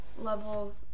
level